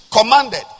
commanded